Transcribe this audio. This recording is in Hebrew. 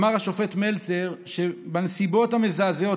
אמר השופט מלצר שבנסיבות המזעזעות